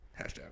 Hashtag